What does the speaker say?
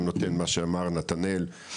מה שאמר נתנאל,